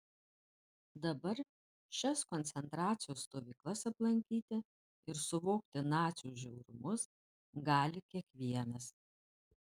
dabar šias koncentracijos stovyklas aplankyti ir suvokti nacių žiaurumus gali kiekvienas